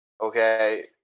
okay